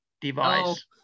device